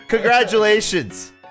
Congratulations